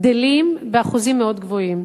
גדלים באחוזים מאוד גבוהים.